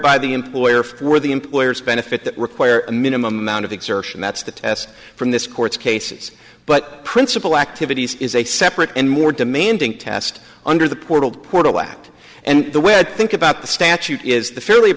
by the employer for the employer's benefit that require a minimum amount of exertion that's the test from this court's cases but principal activities is a separate and more demanding task under the portal portal act and the way i think about the statute is